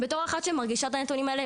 בתור אחת שמרגישה את הנתונים האלה,